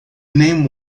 name